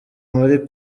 muri